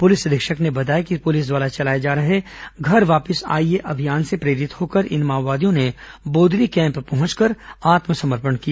police अधीक्षक ने बताया कि पुलिस द्वारा चलाए जा रहे घर वापस आईये अभियान से प्रेरित होकर इन माओवादियों ने बोदली कैम्प पहंचकर आत्मसमर्पण किया